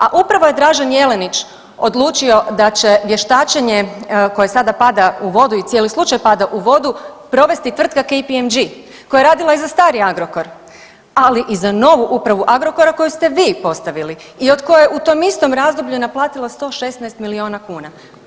A upravo je Dražen Jelenić odlučio da će vještačenje koje sada pada u vodu i cijeli slučaj pada u vodu provesti … koja je radila i za stari Agrokor, ali i za novu upravu Agrokora koju ste vi postavili i od koje u tom istom razdoblju je naplatila 116 milijuna kuna.